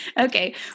Okay